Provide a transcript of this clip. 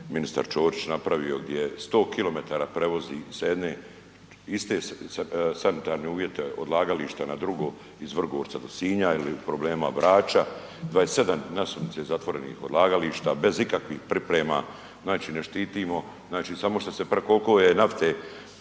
ministar Ćorić napravio gdje je 100 km prevozi sa jedne iste sanitarne uvjete odlagališta na drugo iz Vrgorca do Sinja ili problema Brača, 27 nasumice zatvorenih odlagališta, bez ikakvih priprema. Znači ne štitimo, samo što se preko